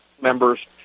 members